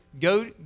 go